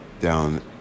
down